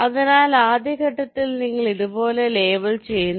അതിനാൽ ആദ്യ ഘട്ടത്തിൽ നിങ്ങൾ ഇതുപോലെ ലേബൽ ചെയ്യുന്നു